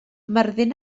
myrddin